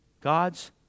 God's